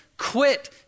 Quit